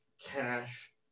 cash